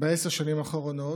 בעשר השנים האחרונות.